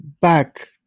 back